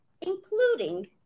including